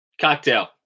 cocktail